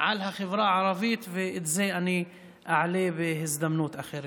על החברה הערבית, ואת זה אני אעלה בהזדמנות אחרת.